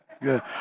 good